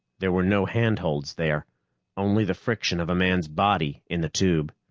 there were no handholds there only the friction of a man's body in the tube.